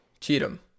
Cheatham